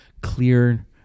clear